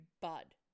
bud